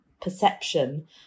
perception